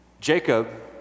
Jacob